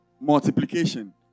multiplication